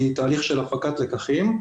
היא תהליך של הפקת לקחים.